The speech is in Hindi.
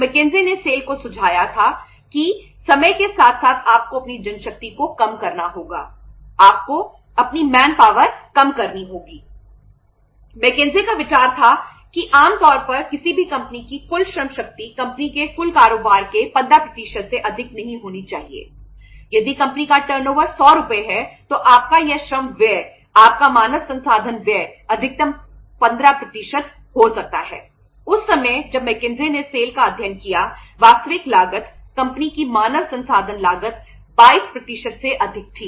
मैकिन्से का अध्ययन किया वास्तविक लागत कंपनी की मानव संसाधन लागत 22 से अधिक थी